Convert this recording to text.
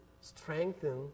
strengthen